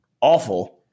awful –